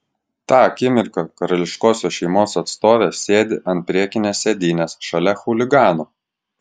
tą akimirką karališkosios šeimos atstovė sėdi ant priekinės sėdynės šalia chuligano